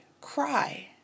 cry